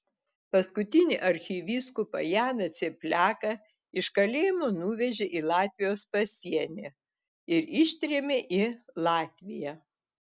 paskutinį arkivyskupą janą cieplaką iš kalėjimo nuvežė į latvijos pasienį ir ištrėmė į latviją